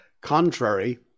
contrary